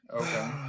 okay